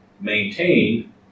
maintained